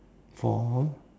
for how long